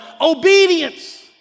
Obedience